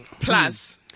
Plus